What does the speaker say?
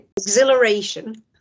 exhilaration